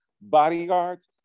bodyguards